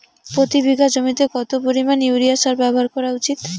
প্রতি বিঘা জমিতে কত পরিমাণ ইউরিয়া সার ব্যবহার করা উচিৎ?